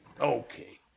okay